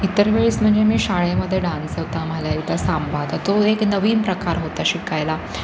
इतरवेळेस म्हणजे मी शाळेमध्ये डान्स होता मला इथं सांभा तर तो एक नवीन प्रकार होता शिकायला